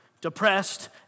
depressed